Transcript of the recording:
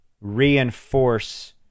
reinforce